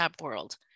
world